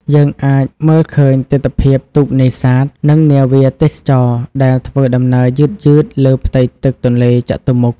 យើងអាចមើលឃើញទិដ្ឋភាពទូកនេសាទ និងនាវាទេសចរណ៍ដែលធ្វើដំណើរយឺតៗលើផ្ទៃទឹកទន្លេចតុមុខ។